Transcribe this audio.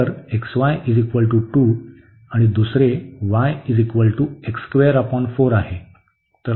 तर xy 2 आणि दुसरे y आहे